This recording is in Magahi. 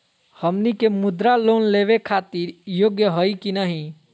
हमनी के मुद्रा लोन लेवे खातीर योग्य हई की नही?